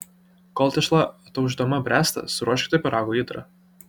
kol tešla ataušdama bręsta suruoškite pyrago įdarą